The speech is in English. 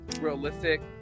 realistic